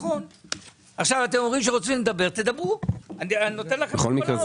הרי אתה אמור לתת לו את האומדן המשוער של התרופות